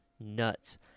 nuts